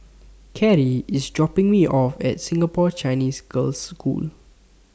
Carie IS dropping Me off At Singapore Chinese Girls' School